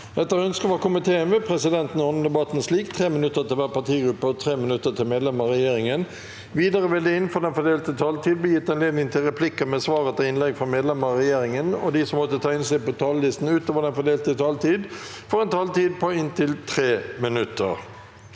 energi- og miljøkomiteen vil presidenten ordne debatten slik: 3 minutter til hver partigruppe og 3 minutter til medlemmer av regjeringen. Videre vil det – innenfor den fordelte taletid – bli gitt anledning til replikker med svar etter innlegg fra medlemmer av regjeringen, og de som måtte tegne seg på talerlisten utover den fordelte taletid, får også en taletid på inntil 3 minutter.